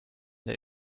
der